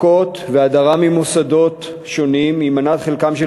מכות והדרה ממוסדות שונים הן מנת חלקם של